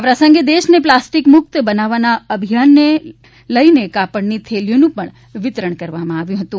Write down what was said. આ પ્રસંગે દેશને પ્લાસ્ટિક મુક્ત બનાવવાના અભિયાનને લઇને કાપડની થેલીઓનું પણ વિતરણ કરવામાં આવ્યું હતું